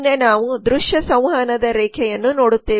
ಮುಂದೆ ನಾವು ದೃಶ್ಯ ಸಂವಹನದ ರೇಖೆಯನ್ನು ನೋಡುತ್ತೇವೆ